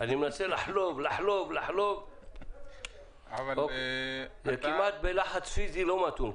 אני מנסה לחלוב לחלוב לחלוב וכמעט בלחץ פיזי לא מתון.